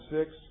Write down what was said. six